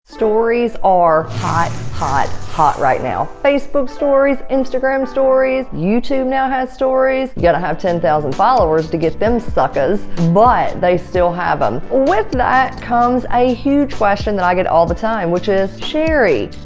stories are hot, hot, hot right now! facebook stories, instagram stories, youtube now has stories, you gotta have ten thousand followers to get them suckers but they still have them. with that comes a huge question that i get all the time which is, sherri,